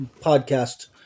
podcast